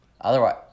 Otherwise